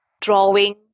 drawing